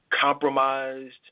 compromised